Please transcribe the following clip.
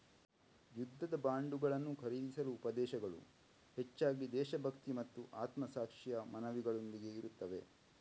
ಯುದ್ಧದ ಬಾಂಡುಗಳನ್ನು ಖರೀದಿಸಲು ಉಪದೇಶಗಳು ಹೆಚ್ಚಾಗಿ ದೇಶಭಕ್ತಿ ಮತ್ತು ಆತ್ಮಸಾಕ್ಷಿಯ ಮನವಿಗಳೊಂದಿಗೆ ಇರುತ್ತವೆ